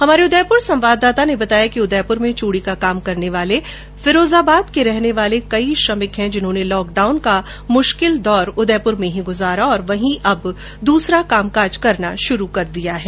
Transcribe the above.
हमारे उदयपुर संवाददाता ने बताया कि उदयपूर में चूड़ी का काम करने वाले फिरोजाबाद के रहने वाले कई श्रमिक है जिन्होंने लॉकडाउन का मुश्किल दौर उदयपुर में ही गुजारा और वहीं दूसरा काम काज शुरू कर चूके है